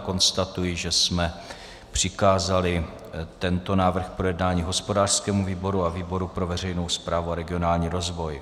Konstatuji, že jsme přikázali tento návrh k projednání hospodářskému výboru a výboru pro veřejnou správu a regionální rozvoj.